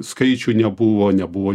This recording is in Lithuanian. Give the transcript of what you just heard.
skaičių nebuvo nebuvo